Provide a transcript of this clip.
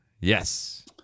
Yes